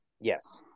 Yes